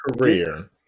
career